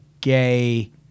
gay